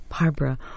Barbara